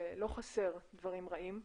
לא חסרים דברים רעים.